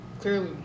clearly